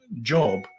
job